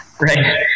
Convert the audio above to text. Right